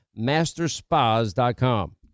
masterspas.com